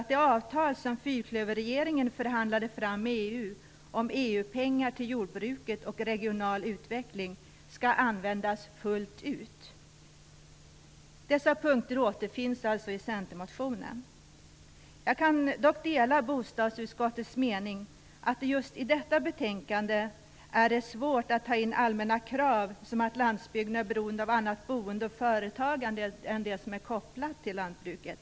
* Det avtal som fyrklöverregeringen förhandlade fram med EU om EU-pengar till jordbruket och om regional utveckling skall användas fullt ut. Dessa punkter återfinns i Centermotionen. Jag kan dela bostadsutskottets mening att det just i detta betänkande är svårt att ta in allmänna krav i fråga om sådant som landsbygdens beroende av annat boende och företagande än det som är kopplat till lantbruket.